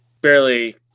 barely